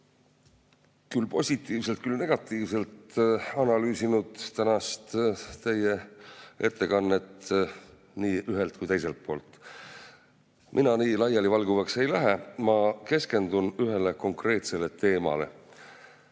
küll positiivselt, küll negatiivselt, analüüsinud teie tänast ettekannet nii ühelt kui ka teiselt poolt. Mina nii laialivalguvaks ei lähe, ma keskendun ühele konkreetsele teemale.